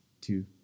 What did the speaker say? Two